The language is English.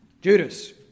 Judas